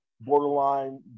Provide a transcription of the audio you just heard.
borderline